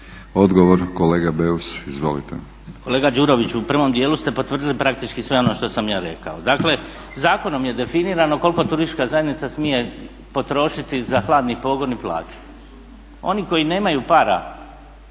Odgovor, kolega Beus izvolite.